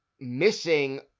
missing